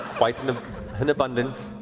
quite an abundance.